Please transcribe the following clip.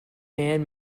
man